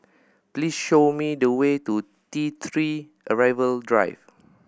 please show me the way to T Three Arrival Drive